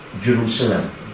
jerusalem